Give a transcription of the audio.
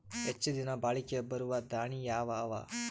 ಹೆಚ್ಚ ದಿನಾ ಬಾಳಿಕೆ ಬರಾವ ದಾಣಿಯಾವ ಅವಾ?